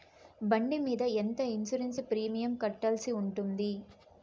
బండి మీద ఎంత ఇన్సూరెన్సు ప్రీమియం కట్టాల్సి ఉంటుంది?